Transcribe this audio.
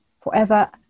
forever